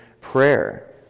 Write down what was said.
prayer